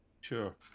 Sure